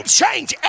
change